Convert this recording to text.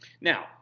Now